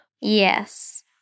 Yes